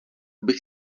bych